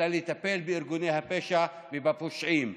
אלא לטפל בארגוני הפשע ובפושעים.